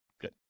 Good